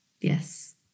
yes